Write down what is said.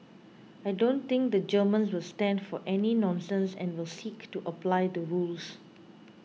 I don't think the Germans will stand for any nonsense and will seek to apply the rules